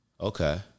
Okay